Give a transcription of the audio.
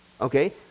Okay